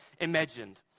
imagined